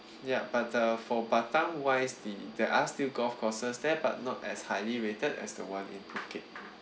yup but uh for batam wise the there are still golf courses there but not as highly rated as the one in phuket